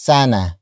Sana